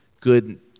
good